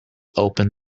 opened